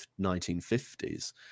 1950s